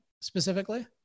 specifically